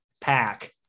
pack